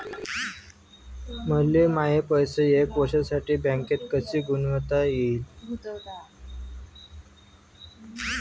मले माये पैसे एक वर्षासाठी बँकेत कसे गुंतवता येईन?